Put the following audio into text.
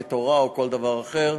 כתורה או כל דבר אחר,